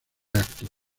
eventos